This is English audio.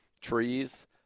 trees